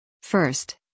First